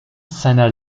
seiner